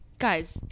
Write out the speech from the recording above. Guys